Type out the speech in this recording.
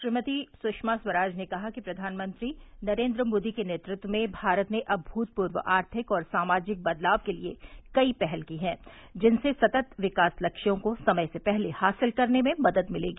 श्रीमती सुषमा स्वराज ने कहा कि प्रधानमंत्री नरेन्द्र मोदी के नेतृत्व में भारत ने अभूतपूर्व आर्थिक और सामाजिक बदलाव के लिए कई पहल की हैं जिनसे सतत विकास लक्ष्यों को समय से पहले हासिल करने में मदद मिलेगी